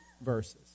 verses